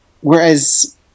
whereas